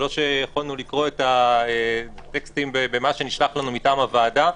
זה לא שיכולנו לקרוא את הטקסטים במה שנשלח לנו מטעם הוועדה.